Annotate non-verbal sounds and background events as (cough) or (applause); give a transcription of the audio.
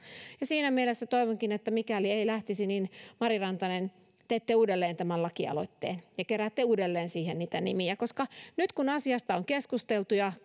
ja siinä mielessä toivonkin että mikäli ei lähtisi niin mari rantanen teette uudelleen tämän lakialoitteen ja keräätte uudelleen siihen niitä nimiä koska nyt kun asiasta on keskusteltu ja (unintelligible)